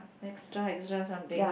extra extra something